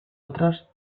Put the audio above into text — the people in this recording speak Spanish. otras